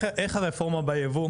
איך הרפורמה בייבוא,